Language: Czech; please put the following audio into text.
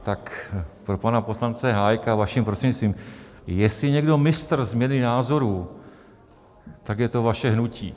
Tak pro pana poslance Hájka, vaším prostřednictvím: jestli je někdo mistr změny názorů, tak je to vaše hnutí.